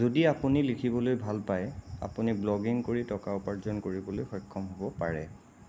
যদি আপুনি লিখিবলৈ ভাল পায় আপুনি ব্লগিং কৰি টকা উপাৰ্জন কৰিবলৈ সক্ষম হ'ব পাৰে